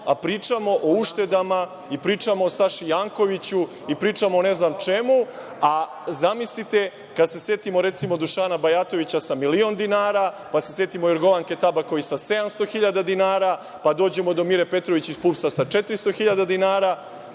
nivou. Pričamo o uštedama i pričamo o Saši Jankoviću i pričamo o ne znam čemu, a zamislite kada se setimo, recimo, Dušana Bajatovića sa milion dinara, pa se setimo Jorgovanke Tabaković sa 700.000 dinara, pa dođemo do Mire Petrović iz PUPS-a sa 400.000 dinara